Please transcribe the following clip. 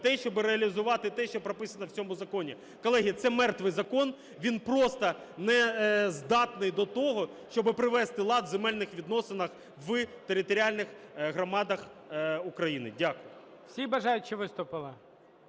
те, щоб реалізувати те, що прописано в цьому законі. Колеги, це мертвий закон, він просто не здатний до того, щоб навести лад в земельних відносинах в територіальних громадах України. Дякую. ГОЛОВУЮЧИЙ. Всі бажаючі виступили?